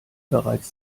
bereits